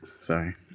Sorry